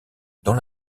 dans